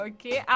Okay